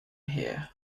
here